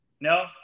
No